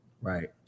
Right